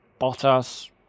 Bottas